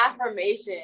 affirmation